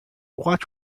watch